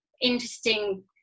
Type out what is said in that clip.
interesting